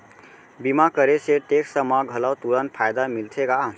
बीमा करे से टेक्स मा घलव तुरंत फायदा मिलथे का?